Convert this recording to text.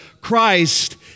Christ